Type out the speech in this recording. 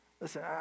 Listen